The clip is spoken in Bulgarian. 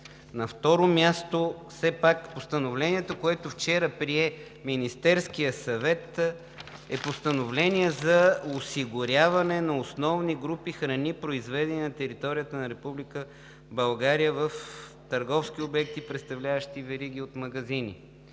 На второ място, все пак Постановлението, което вчера прие Министерският съвет, е Постановление за осигуряване на основни групи храни, произведени на територията на Република България в търговски обекти, представляващи вериги от магазини.